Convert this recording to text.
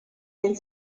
del